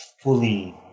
fully